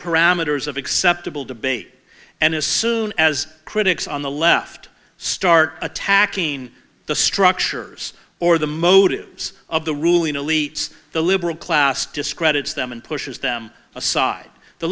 parameters of acceptable debate and as soon as critics on the left start attacking the structures or the motives of the ruling elites the liberal class discredits them and pushes them aside the